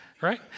Right